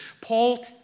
Paul